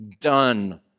Done